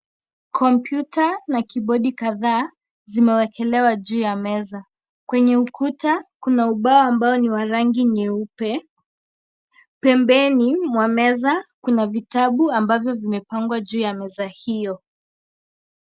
Kompyuta na (CS) keyboard(CS) kadhaa vimewekelewa juu ya meza, kwenye ukuta kuna ubao ambao ni wa rangi nyeupe, pembeni mwa meza kuna vitabu ambavyo vimepangwa juu ya meza iyo.